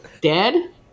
Dead